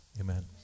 Amen